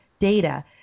data